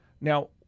now